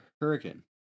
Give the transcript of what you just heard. hurricane